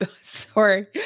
Sorry